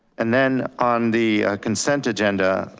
and then on the consent agenda,